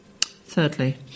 Thirdly